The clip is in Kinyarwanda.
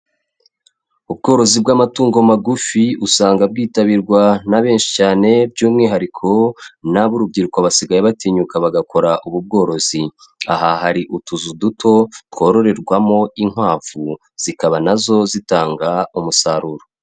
Ubworozi bw'amatungo magufi usanga bwitabirwa na benshi cyane by'umwihariko na b'urubyiruko basigaye batinyuka bagakora ubu bworozi. Aha hari utuzu duto twororerwamo inkwavu, zikaba nazo zitanga umusaruro.